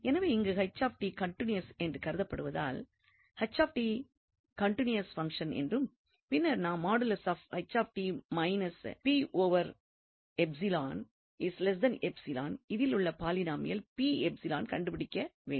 எனவே இங்கு கன்டினியூவஸ் என்று கருதப்படுகிறதால் கன்டினியூவஸ் பங்ஷன் என்றும் பின்னர் நாம் இதில் உள்ள பாலினாமியல் கண்டுபிடிக்க வேண்டும்